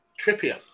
Trippier